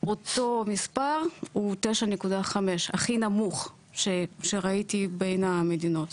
אותו מספר הוא 9.5 הכי נמוך שראיתי בין המדינות.